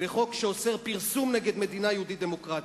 וחוק שאוסר פרסום נגד מדינה יהודית דמוקרטית.